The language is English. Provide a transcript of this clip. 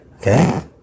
Okay